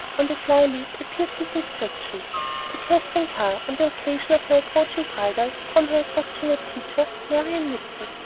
on the fly-leaf appeared this inscription to katherine carr, on the occasion of her approaching bridal, from her affectionate teacher, marianne nipson.